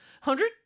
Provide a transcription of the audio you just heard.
Hundred